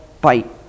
bite